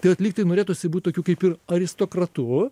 tai vat lyg tai norėtųsi būt tokiu kaip ir aristokratu